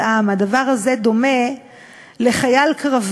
לאחר שהיא נבחרת על-ידי המלך אחשוורוש,